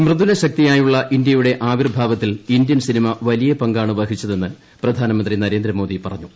മൃദുല ശക്തിയായുള്ള ഇന്ത്യയുടെ ആവീർഭാവത്തിൽ Indian cinema വലിയ പങ്കാണ് വഹിച്ചതെന്ന് പ്രധാനമന്ത്രി നരേന്ദ്രമോദി പറഞ്ഞു